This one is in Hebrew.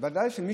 למי